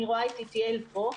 אני רואה את איתיאל פה,